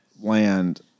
land